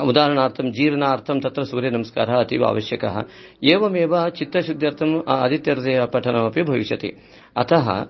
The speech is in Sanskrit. उदाहरणार्थं जीवनार्थं तत्र सूर्यनमस्कारः अतीव आवश्यकः एवमेव चित्तशुद्ध्यर्थम् आदित्यहृदयपठनमपि भविष्यति अतः